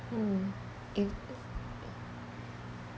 hmm if